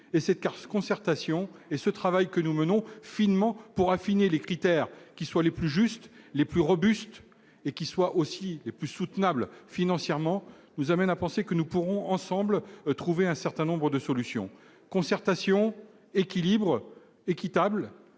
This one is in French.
carte concertation et ce travail que nous menons finement pour affiner les critères qui soient les plus justes, les plus robustes et qu'il soit aussi est plus soutenable financièrement, nous amène à penser que nous pourrons ensemble trouver un certain nombre de solutions concertation équilibre équitable